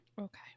Okay